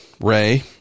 Ray